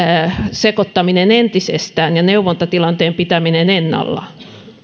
sekoittaminen entisestään ja neuvontatilanteen pitäminen ennallaan